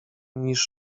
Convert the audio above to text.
niż